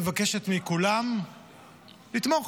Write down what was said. ומבקשת מכולם לתמוך.